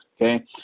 Okay